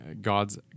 God's